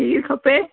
खीरु खपे